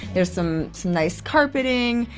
there's some nice carpeting,